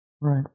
Right